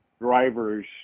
drivers